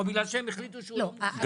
או בגלל שהם החליטו שהוא לא מוכשר.